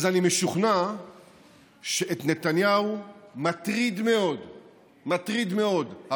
אז אני משוכנע שאת נתניהו מטריד מאוד הפילוג